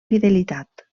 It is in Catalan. fidelitat